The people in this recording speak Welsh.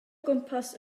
gwmpas